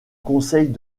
conseils